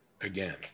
again